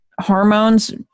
hormones